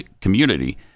community